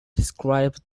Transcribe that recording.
describe